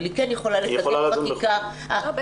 אבל היא כן יכולה לקדם חקיקה --- היא יכולה לדון בחוקים.